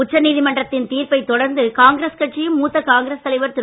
உச்சநீதிமன்றத்தின் தீர்ப்பை தொடர்ந்து காங்கிரஸ் கட்சியும் மூத்த காங்கிரஸ் தலைவர் திரு